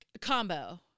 Combo